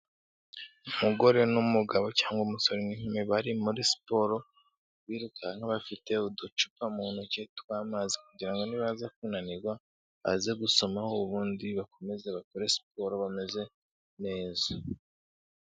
Umugore n'umugabo cyangwa umusore n'inkumi bari muri siporo, birukanka bafite uducupa mu ntoki tw'amazi kugira ngo nibaza kunanirwa, baze gusomaho, ubundi bakomeze bakore siporo bameze neza.